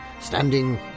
standing